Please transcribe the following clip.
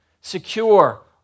secure